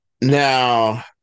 now